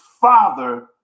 father